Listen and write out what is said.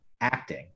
acting